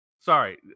Sorry